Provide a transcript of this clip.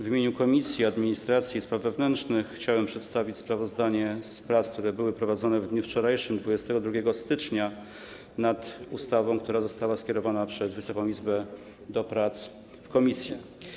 W imieniu Komisji Administracji i Spraw Wewnętrznych chciałem przedstawić sprawozdanie z prac, które były prowadzone w dniu wczorajszym, 22 stycznia, nad ustawą, która została skierowana przez Wysoką Izbę do komisji.